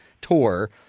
tour